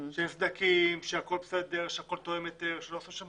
שאין סדקים, שהכול בסדר, שהכול תואם, שלא עשו שם